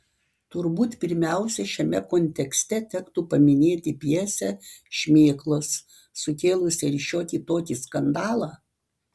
turbūt pirmiausia šiame kontekste tektų paminėti pjesę šmėklos sukėlusią ir šiokį tokį skandalą